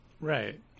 right